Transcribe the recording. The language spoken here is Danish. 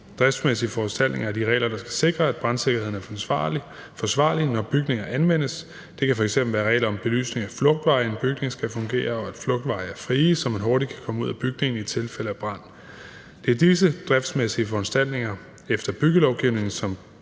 Driftsmæssige foranstaltninger er de regler, der skal sikre, at brandsikkerheden er forsvarlig, når bygninger anvendes. Det kan f.eks. være regler om, at belysningen af flugtveje i en bygning skal fungere, og at flugtveje er frie, så man hurtigt kan komme ud af bygningen i tilfælde af brand. Det er disse driftsmæssige foranstaltninger efter byggelovgivningen,